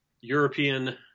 European